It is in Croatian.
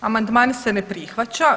Amandman se ne prihvaća.